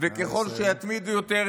וככל שיתמידו יותר,